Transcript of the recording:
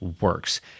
works